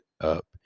up